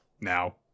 Now